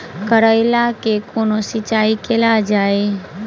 करैला केँ कोना सिचाई कैल जाइ?